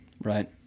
Right